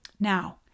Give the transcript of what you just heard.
Now